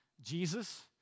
Jesus